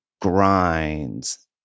grinds